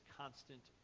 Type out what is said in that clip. constant